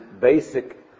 basic